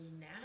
now